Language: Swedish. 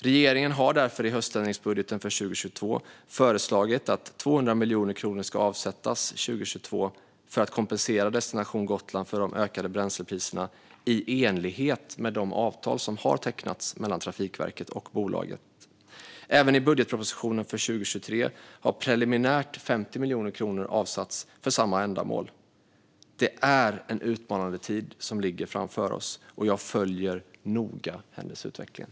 Regeringen har därför i höständringsbudgeten för 2022 föreslagit att 200 miljoner kronor ska avsättas 2022 för att kompensera Destination Gotland för de ökade bränslepriserna i enlighet med de avtal som har tecknats mellan Trafikverket och bolaget. Även i budgetpropositionen för 2023 har preliminärt 50 miljoner kronor avsatts för samma ändamål. Det är en utmanande tid som ligger framför oss, och jag följer noga händelseutvecklingen.